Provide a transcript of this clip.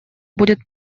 будет